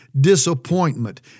disappointment